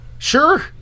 sure